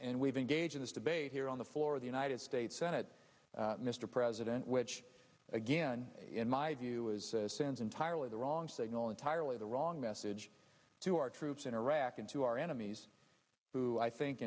and we've engaged this debate here on the floor of the united states senate mr president which again in my view is sends entirely the wrong signal entirely the wrong message to our troops in iraq and to our enemies who i think